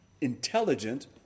intelligent